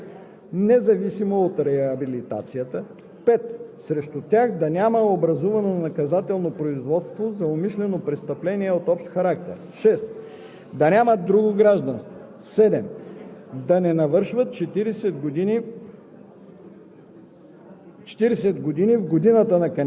3. да са психологично пригодни за служба в доброволния резерв; 4. да не са осъждани за умишлено престъпление от общ характер, независимо от реабилитацията; 5. срещу тях да няма образувано наказателно производство за умишлено престъпление от общ характер; 6.